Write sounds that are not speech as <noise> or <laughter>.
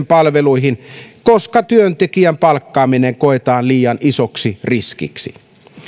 <unintelligible> palveluihin koska työntekijän palkkaaminen koetaan liian isoksi riskiksi